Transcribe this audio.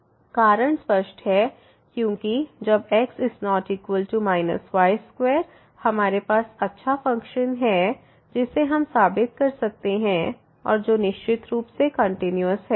कारण स्पष्ट है क्योंकि जब x≠ y2 हमारे पास अच्छा फ़ंक्शन है जिसे हम साबित कर सकते हैं और जो निश्चित रूप से कंटिन्यूस है